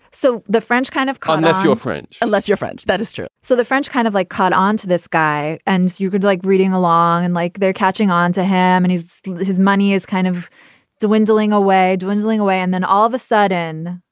so the french kind of kindness, your friend, unless you're french, that history so the french kind of like caught onto this guy and you could like reading along and like they're catching on to him and his his money is kind of dwindling away. dwindling away. and then all of a sudden,